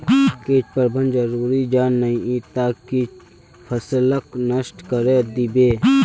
कीट प्रबंधन जरूरी छ नई त कीट फसलक नष्ट करे दीबे